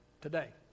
today